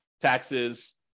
taxes